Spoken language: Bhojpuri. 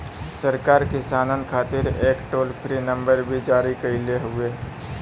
सरकार किसानन खातिर एक टोल फ्री नंबर भी जारी कईले हउवे